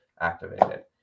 activated